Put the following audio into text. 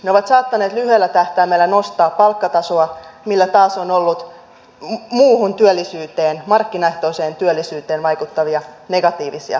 ne ovat saattaneet lyhyellä tähtäimellä nostaa palkkatasoa millä taas on ollut muuhun työllisyyteen markkinaehtoiseen työllisyyteen negatiivisia vaikutuksia